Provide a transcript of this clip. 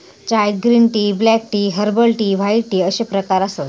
चायत green tea, black tea, herbal tea, white tea अश्ये प्रकार आसत